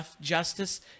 justice